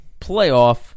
playoff